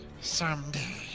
Someday